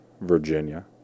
Virginia